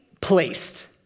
placed